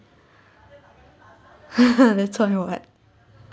what